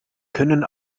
können